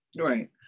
Right